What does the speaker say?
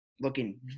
looking